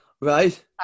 right